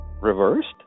reversed